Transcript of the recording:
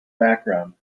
background